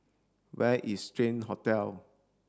where is Strand Hotel